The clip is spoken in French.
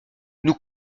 nous